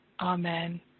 amen